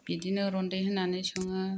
बिदिनो रन्दै होनानै सङो